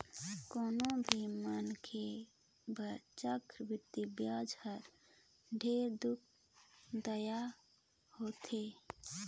कोनो भी मनखे बर चक्रबृद्धि बियाज हर ढेरे दुखदाई होथे